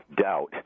doubt